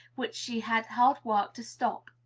which she had hard work to stop.